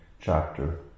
chapter